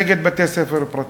נגד בתי-ספר פרטיים.